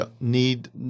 need